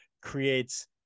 creates